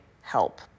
help